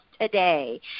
today